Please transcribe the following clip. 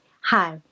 Hi